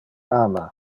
ama